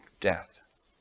death